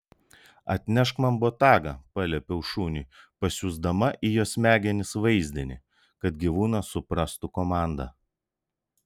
atnešk man botagą paliepiau šuniui pasiųsdama į jo smegenis vaizdinį kad gyvūnas suprastų komandą